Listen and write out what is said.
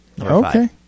Okay